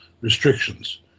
restrictions